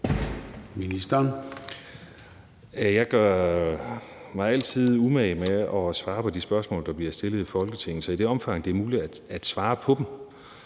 Aagaard): Jeg gør mig altid umage med at svare på de spørgsmål, der bliver stillet i Folketinget, i det omfang, det er muligt at svare på dem,